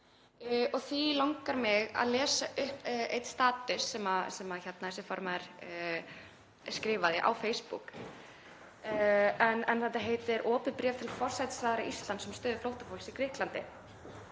og því langar mig að lesa upp einn status sem þessi formaður skrifaði á Facebook og heitir Opið bréf til forsætisráðherra Íslands um stöðu flóttafólks í Grikklandi.